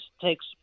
takes